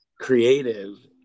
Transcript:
creative